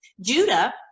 judah